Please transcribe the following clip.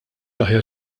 aħjar